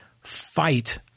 fight